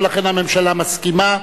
ולכן הממשלה מסכימה,